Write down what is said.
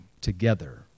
together